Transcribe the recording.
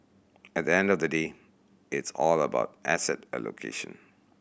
at the end of the day it's all about asset allocation